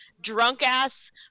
Drunk-ass